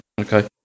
Okay